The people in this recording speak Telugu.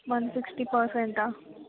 one sixty పర్సెంటా